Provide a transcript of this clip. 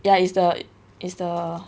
ya is the is the